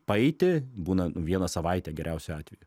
paeiti būna vieną savaitę geriausiu atveju